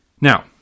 Now